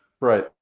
Right